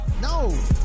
No